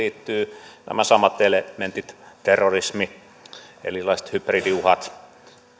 siihen liittyvät nämä samat elementit terrorismi erilaiset hybridiuhat